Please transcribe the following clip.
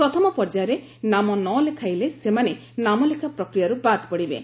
ପ୍ରଥମ ପର୍ଯ୍ୟାୟରେ ନାମ ନଲେଖାଇଲେ ସେମାନେ ନାମଲେଖା ପ୍ରକ୍ରିୟାରୁ ବାଦ ପଡ଼ିବେ